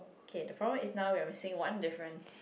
K the problem is now we are missing one difference